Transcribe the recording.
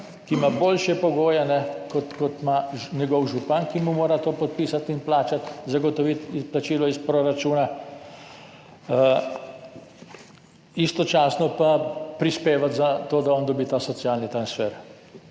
ki ima boljše pogoje, kot ima njegov župan, ki mu mora to podpisati in plačati, zagotoviti izplačilo iz proračuna, istočasno pa prispevati za to, da on dobi ta socialni transfer.